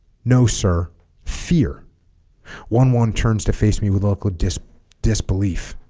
no sir fear one one turns to face me with local dis disbelief